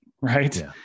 Right